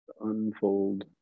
Unfold